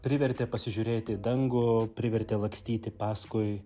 privertė pasižiūrėti į dangų privertė lakstyti paskui